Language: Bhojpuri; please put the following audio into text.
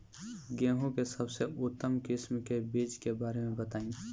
गेहूँ के सबसे उन्नत किस्म के बिज के बारे में बताई?